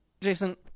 Jason